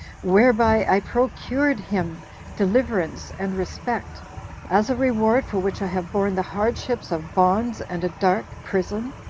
whereby i procured him deliverance and respect as a reward for which i have borne the hardships of bonds and a dark prison?